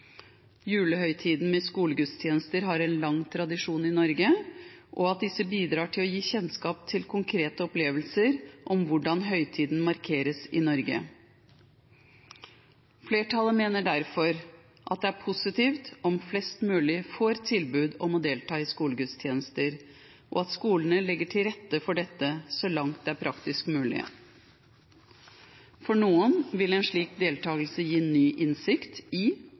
julehøytiden med skolegudstjenester har en lang tradisjon i Norge, og at disse bidrar til å gi kjennskap til konkrete opplevelser om hvordan høytiden markeres i Norge. Flertallet mener derfor at det er positivt om flest mulig får tilbud om å delta i skolegudstjenester, og at skolene legger til rette for dette så langt det er praktisk mulig. For noen vil en slik deltakelse gi ny innsikt i